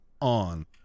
on